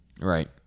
Right